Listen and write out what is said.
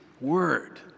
word